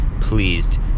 pleased